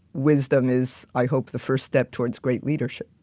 wisdom is, i hope the first step towards great leadership.